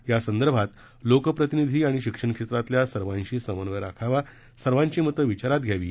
यासंदर्भात लोकप्रतिनिधी व शिक्षण क्षेत्रातील सर्वांशी समन्वय राखावा सर्वांची मते विचारात घ्यावीत